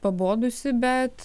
pabodusi bet